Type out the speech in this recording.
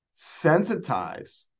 sensitize